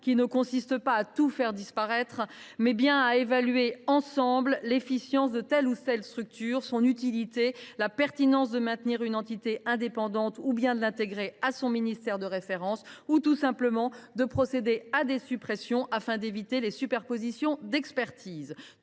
qui consistera non pas à tout faire disparaître, mais bien à évaluer, tous ensemble, l’efficience de telle ou telle structure, son utilité et la pertinence de maintenir son indépendance, de l’intégrer à son ministère de référence ou, tout simplement, de procéder à des suppressions afin d’éviter les superpositions d’expertises.